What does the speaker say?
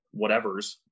whatevers